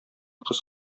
кыз